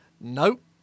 Nope